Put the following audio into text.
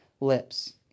lips